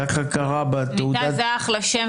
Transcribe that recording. ככה קרה בתעודת --- ניתאי זה אחלה שם,